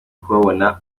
kubabona